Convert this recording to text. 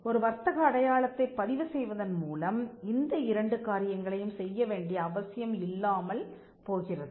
ஒரு வர்த்தக அடையாளத்தைப் பதிவு செய்வதன் மூலம் இந்த இரண்டு காரியங்களையும் செய்ய வேண்டிய அவசியம் இல்லாமல் போகிறது